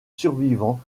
survivants